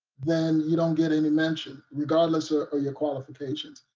then you don't get any mention, regardless ah of your qualifications.